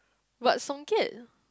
what Songket